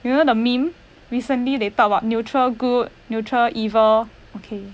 you know the meme recently they talk neutral good neutral evil okay